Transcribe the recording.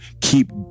keep